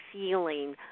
feeling